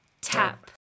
tap